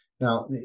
Now